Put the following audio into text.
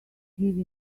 give